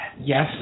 Yes